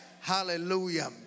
Hallelujah